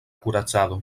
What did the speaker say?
kuracado